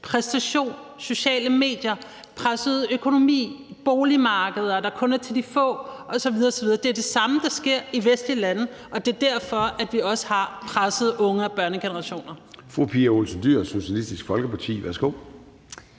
præstation, sociale medier, presset økonomi, boligmarkeder, der kun er for de få, osv. osv. Det er det samme, der sker i de vestlige lande, og det er derfor, at vi også har pressede unge- og børnegenerationer.